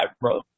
bro